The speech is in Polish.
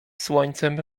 słońcem